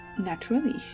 Naturally